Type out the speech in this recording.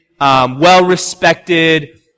well-respected